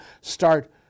start